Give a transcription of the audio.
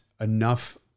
enough